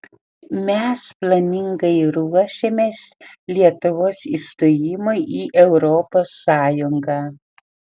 mes planingai ruošėmės lietuvos įstojimui į europos sąjungą